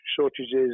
shortages